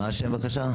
מה השם, בבקשה?